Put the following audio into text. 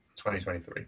2023